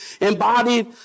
embodied